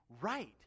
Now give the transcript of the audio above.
right